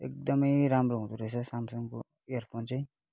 एकदमै राम्रो हुँदो रहेछ सामसङको इयरफोन चाहिँ